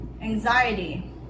anxiety